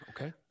okay